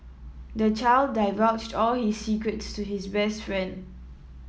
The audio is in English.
the child divulged all his secrets to his best friend